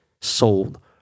sold